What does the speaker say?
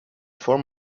form